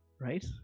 Right